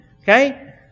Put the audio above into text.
okay